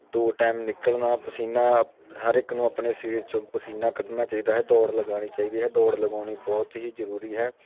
ਦੋ ਟਾਈਮ ਨਿਕਲਣਾ ਪਸੀਨਾ ਹਰ ਇੱਕ ਨੂੰ ਆਪਣੇ ਸਰੀਰ ਚੋਂ ਪਸੀਨਾ ਕੱਢਣਾ ਚਾਹੀਦਾ ਹੈ ਦੌੜ ਲਗਾਉਣੀ ਚਾਹੀਦੀ ਹੈ ਦੌੜ ਲਗਾਉਣੀ ਬਹੁਤ ਹੀ ਜ਼ਰੂਰੀ ਹੈ